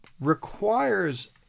requires